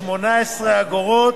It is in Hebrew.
3,890.18 שקל,